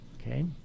okay